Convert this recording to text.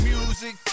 Music